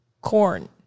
corn